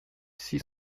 six